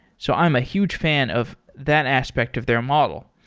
so i'm a huge fan of that aspect of their model.